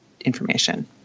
information